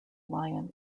lion